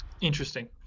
Interesting